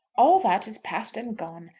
all that is past and gone.